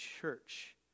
church